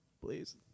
please